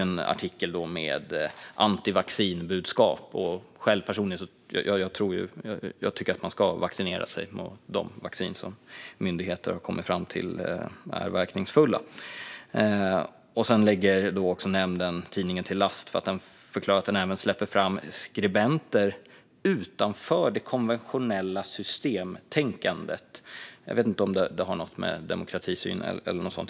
En artikel med ett anti-vaccinbudskap nämndes. Jag tycker personligen att man ska vaccinera sig med de vacciner som myndigheter har kommit fram till är verkningsfulla. Sedan lägger nämnden tidningen till last för att den även släpper fram skribenter utanför det konventionella systemtänkandet. Jag vet inte om det har något med demokratisyn eller något sådant att göra.